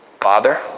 Father